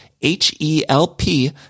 H-E-L-P